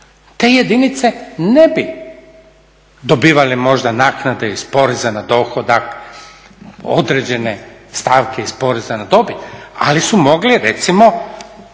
Te jedinice ne bi dobivale možda naknade iz poreza na dohodak, određene stavke iz poreza na dobit, ali su mogli recimo,